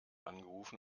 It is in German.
angerufen